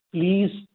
Please